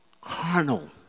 Carnal